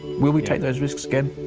will we take those risks again?